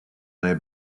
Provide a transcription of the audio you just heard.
their